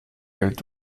geld